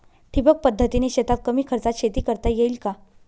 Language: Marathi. ठिबक पद्धतीने शेतात कमी खर्चात शेती करता येईल का?